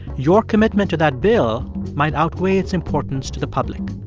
your commitment to that bill might outweigh its importance to the public.